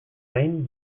gain